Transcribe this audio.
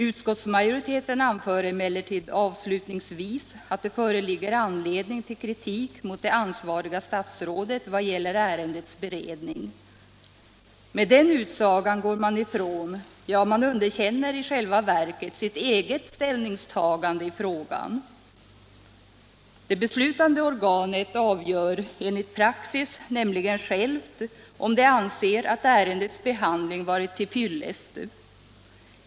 Utskottsmajoriteten anför emellertid avslutningsvis att det föreligger anledning till kritik mot det ansvariga statsrådet vad gäller ärendets beredning. Med den utsagan går man inte bara ifrån sitt eget ställningstagande i frågan, utan i själva verket underkänner man det. Enligt praxis avgör nämligen det beslutande organet självt om det anser att ärendets behandling varit till fyllest.